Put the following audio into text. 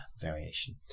variation